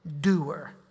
doer